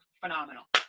phenomenal